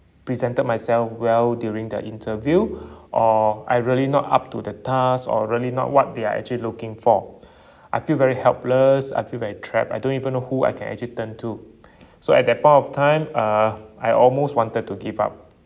presented myself well during their interview or I really not up to the task or really not what they're actually looking for I feel very helpless I feel very trap I don't even know who I can actually turn to so at that point of time uh I almost wanted to give up